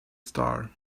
star